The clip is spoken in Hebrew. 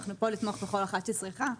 אנחנו פה לתמוך בכל אחת שצריכה.